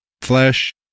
flesh